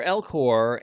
Elcor